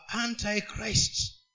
anti-Christ